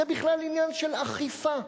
זה בכלל עניין של אכיפה,